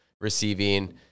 receiving